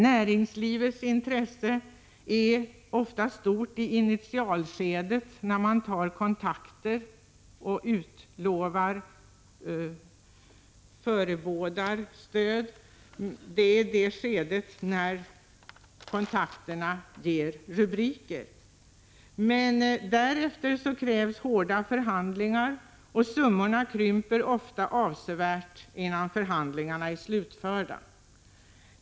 Näringslivets intresse är ofta stort i initialskedet då man tar kontakter och utlovar stöd. Det gäller i det skede då kontakterna ger rubriker. Men därefter krävs hårda förhandlingar, och summorna krymper ofta avsevärt innan förhandlingarna är slutförda.